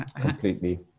Completely